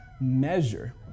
measure